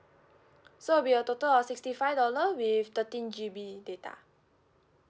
so it'll be a total of sixty five dollar with thirteen G_B data